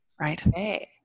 right